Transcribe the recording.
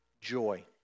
joy